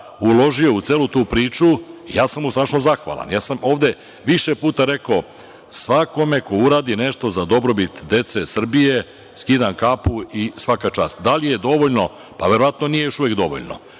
uložio u celu tu priču i ja sam mu strašno zahvalan. Ja sam ovde više puta rekao - svakome ko uradi nešto za dobrobit dece Srbije, skidam kapu i svaka čast. Da li je dovoljno? Pa, verovatno nije još uvek dovoljno.